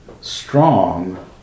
strong